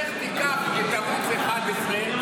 תיקח את ערוץ 11,